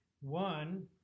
one